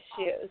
issues